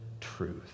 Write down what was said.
truth